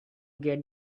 get